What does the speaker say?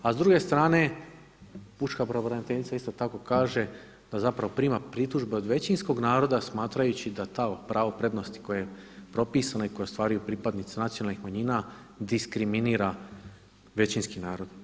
A s druge strane pučka pravobraniteljica isto tako kaže da prima pritužbe od većinskog naroda smatrajući da to pravo prednosti koje je propisano i koje ostvaruju pripadnici nacionalnih manjina diskriminira većinski narod.